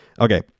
Okay